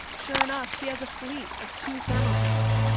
sure enough, he has a fleet of two thermo kings.